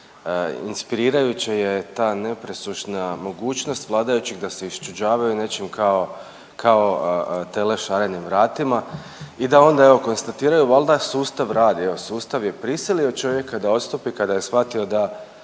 inspirirajuće je ta nepresušna mogućnost vladajućih da se iščuđavaju nečem kao, kao tele šarenim vratima i da onda evo konstatiraju valda sustav radi, evo sustav je prisilio čovjeka da odstupa kada je shvatio da